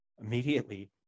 Immediately